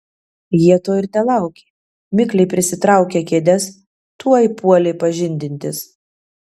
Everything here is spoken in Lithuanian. jie to ir telaukė mikliai prisitraukę kėdes tuoj puolė pažindintis